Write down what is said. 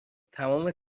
تمام